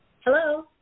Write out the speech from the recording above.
Hello